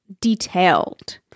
detailed